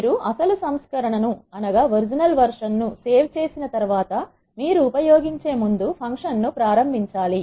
మీరు అసలు సంస్కరణ ను సేవ్ చేసిన తర్వాత మీరు ఉపయోగించే ముందు ఫంక్షన్ ను ప్రారంభించాలి